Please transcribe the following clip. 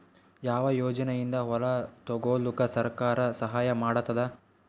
ಯಾವ ಯೋಜನೆಯಿಂದ ಹೊಲ ತೊಗೊಲುಕ ಸರ್ಕಾರ ಸಹಾಯ ಮಾಡತಾದ?